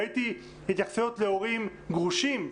ראיתי התייחסויות להורים גרושים,